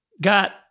got